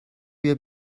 بیا